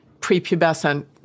prepubescent